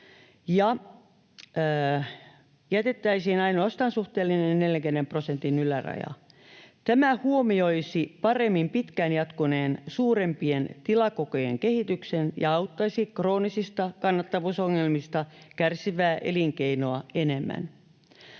ja jätettäisiin ainoastaan suhteellinen 40 prosentin yläraja. Tämä huomioisi paremmin pitkään jatkuneen suurempien tilakokojen kehityksen ja auttaisi kroonisista kannattavuusongelmista kärsivää elinkeinoa enemmän.